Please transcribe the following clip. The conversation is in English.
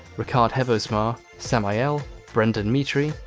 ricard heathersma samael brendon mitri,